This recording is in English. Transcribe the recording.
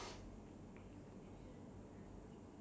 like is there no cure like for this or something